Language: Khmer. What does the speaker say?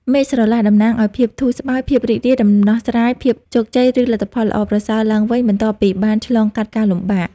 មេឃស្រឡះ តំណាងឲ្យ ភាពធូរស្បើយ ភាពរីករាយ ដំណោះស្រាយ ភាពជោគជ័យ ឬលទ្ធផលល្អប្រសើរឡើងវិញបន្ទាប់ពីបានឆ្លងកាត់ការលំបាក។